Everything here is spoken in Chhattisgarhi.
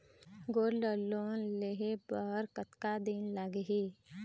गोल्ड लोन लेहे बर कतका दिन लगही?